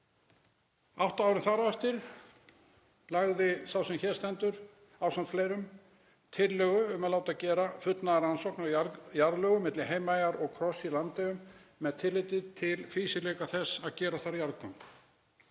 Átta árum þar á eftir lagði sá sem hér stendur ásamt fleirum fram tillögu um að láta gera fullnaðarrannsókn á jarðlögum milli Heimaeyjar og Kross í Landeyjum með tilliti til fýsileika þess að gera þar jarðgöng.